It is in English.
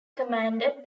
commanded